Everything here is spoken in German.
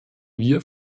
wir